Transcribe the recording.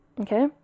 Okay